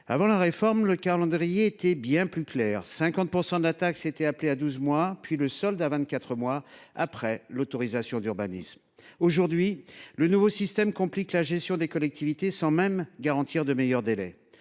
Avant la réforme, le calendrier était bien plus clair : 50 % de la taxe étaient appelés à douze mois et le solde était versé vingt quatre mois après l’autorisation d’urbanisme. Aujourd’hui, le nouveau système complique la gestion pour les collectivités, sans même garantir de meilleurs délais.